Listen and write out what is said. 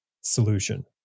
solution